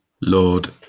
Lord